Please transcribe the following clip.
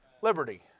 Liberty